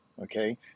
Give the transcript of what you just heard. okay